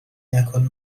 نکن